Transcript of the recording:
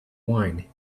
wine